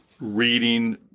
reading